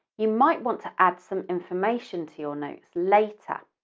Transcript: you might want to add some information to your notes later,